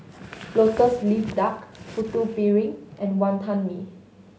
Lotus Leaf Duck Putu Piring and Wantan Mee